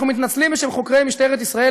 אנחנו מתנצלים בשם חוקרי משטרת ישראל